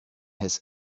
his